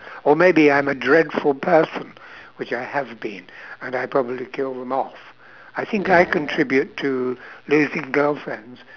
or maybe I am a dreadful person which I have been and I probably kill them off I think I contribute to losing girlfriends